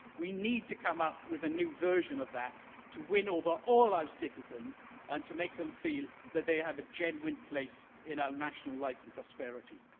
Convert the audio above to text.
we need to come up with a new version of that to win over all our citizens and to make them feel that they have a genuine place in our national life and prosperity.